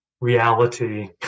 reality